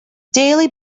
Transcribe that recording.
daly